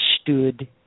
stood